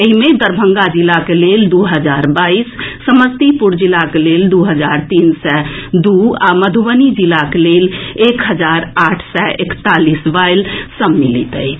एहि मे दरभंगा जिलाक लेल दू हजार बाईस समस्तीपुर जिलाक लेल दू हजार तीन सय दू आ मधुबनी जिलाक लेल एक हजार आठ सय एकतालीस वायल सम्मलित अछि